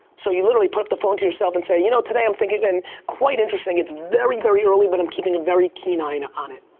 so you literally put up the phone to yourself and say, you know today i'm thinking, and quite interesting. it's very, very early, but i'm keeping a very keen eye and on it.